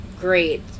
great